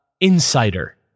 insider